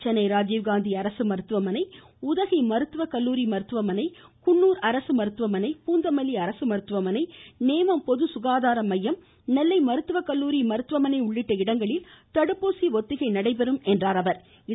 சென்னை ராஜிவ்காந்தி அரசு மருத்துவமனை உதகை மருத்துவ கல்லூரி குன்னூர் அரசு மருத்துவமனை பூந்தமல்லி அரசு மருத்துவமனை நேமம் பொதுசுகாதார மையம் நெல்லை மருத்துவ கல்லூரி மருத்துவமனை உள்ளிட்ட இடங்களில் தடுப்பூசி ஒத்திகை நடைபெற உள்ளதாகவும் அவர் கூறினார்